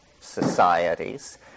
societies